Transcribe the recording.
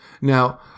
Now